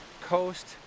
coast